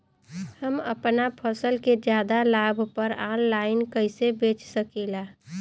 हम अपना फसल के ज्यादा लाभ पर ऑनलाइन कइसे बेच सकीला?